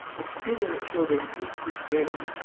experience shows that this is very